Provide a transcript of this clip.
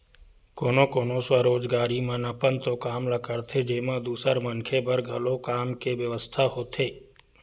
कोनो कोनो स्वरोजगारी मन अपन तो काम ल करथे जेमा दूसर मनखे बर घलो काम के बेवस्था होथे